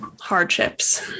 hardships